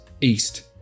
east